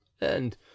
And